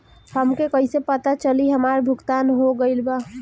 हमके कईसे पता चली हमार भुगतान हो गईल बा?